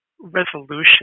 resolution